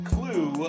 Clue